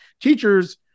teachers